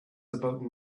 about